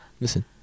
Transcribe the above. Listen